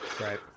Right